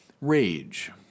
rage